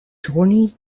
journeys